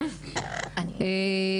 תודה.